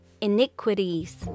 iniquities